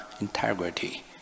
integrity